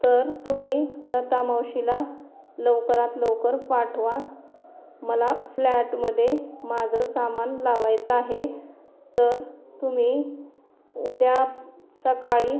तर तुम्ही लता मावशीला लवकरात लवकर पाठवा मला फ्लॅटमध्ये माझं सामान लावायचं आहे तर तुम्ही उद्या सकाळी